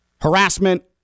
Harassment